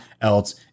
else